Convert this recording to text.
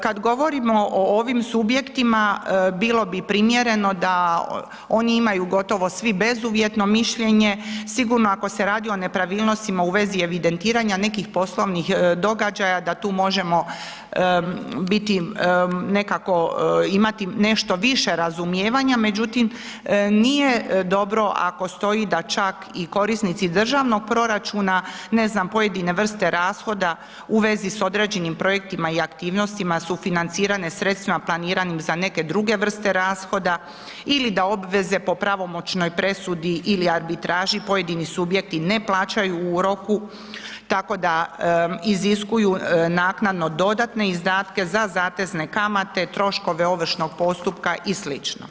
Kad govorimo o ovim subjektima, bilo bi primjereno da oni imaju gotovo svi bezuvjetno mišljenje, sigurno ako se radi o nepravilnostima u vezi evidentiranja nekih poslovnih događaja da tu možemo biti nekako, imati nešto više razumijevanja, međutim, nije dobro ako stoji da čak i korisnici državnog proračuna, ne znam, pojedine vrste rashoda u vezi s određenim projektima i aktivnostima su financirane sredstvima planiranim za neke druge vrste rashoda ili da obveze po pravomoćnoj presudi ili arbitraži pojedini subjekti ne plaćaju u roku, tako da iziskuju naknadno dodatne izdatke za zatezne kamate, troškove ovršnog postupka i sl.